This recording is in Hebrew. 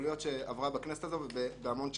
מוגבלויות שעברה בכנסת הזאת בהמון שנים.